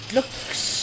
Looks